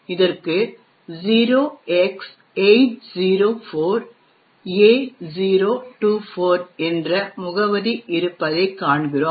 இதற்கு 0x804A024 என்ற முகவரி இருப்பதைக் காண்கிறோம்